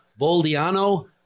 Boldiano